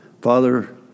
Father